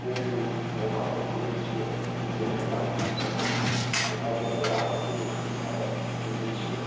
बे दै अखाफोरखौ एसे जोथोन लानांगौ जायो नङाब्ला जों आबादखौ बोखांनो हाया बेबायदिनो